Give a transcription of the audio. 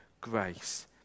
grace